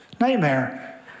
nightmare